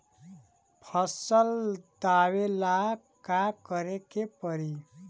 फसल दावेला का करे के परी?